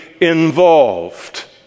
involved